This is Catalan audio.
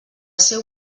seu